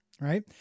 Right